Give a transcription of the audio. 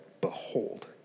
Behold